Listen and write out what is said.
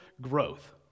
growth